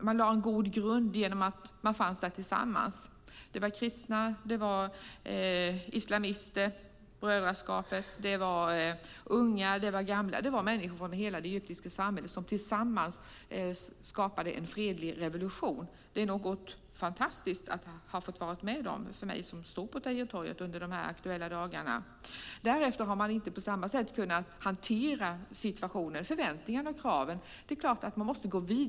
Man lade en god grund genom att finnas där tillsammans. Kristna, islamister, brödraskapet, unga och gamla - människor från hela det egyptiska samhället skapade tillsammans en fredlig revolution. Det var något fantastiskt att få vara med om för mig som stod på Tahrirtorget de aktuella dagarna. Därefter har man inte på samma sätt kunnat hantera situationen, förväntningarna och kraven.